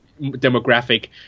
demographic